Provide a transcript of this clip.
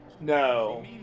No